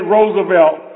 Roosevelt